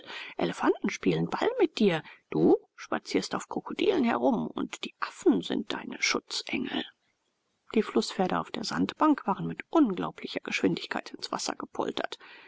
elefanten spielen ball mit dir du spazierst auf krokodilen herum und die affen sind deine schutzengel die flußpferde auf der sandbank waren mit unglaublicher geschwindigkeit ins wasser gepoltert